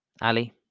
Ali